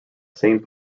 saint